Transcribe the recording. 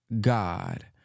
God